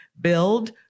Build